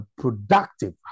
productive